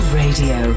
radio